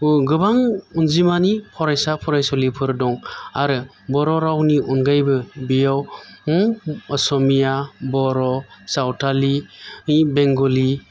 गोबां अन्जिमानि फरायसा फरायसुलिफोर दं आरो बर' रावनि अनगायैबो बेयाव अस'मिया बर' सावथालि बेंग'लि